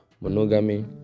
monogamy